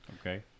Okay